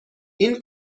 این